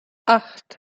acht